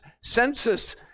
census